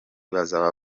bazaba